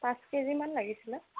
পাঁচ কেজিমান লাগিছিলে